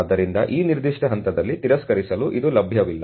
ಆದ್ದರಿಂದ ಆ ನಿರ್ದಿಷ್ಟ ಹಂತದಲ್ಲಿ ತಿರಸ್ಕರಿಸಲು ಇದು ಲಭ್ಯವಿಲ್ಲ